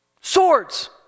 Swords